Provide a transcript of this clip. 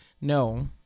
No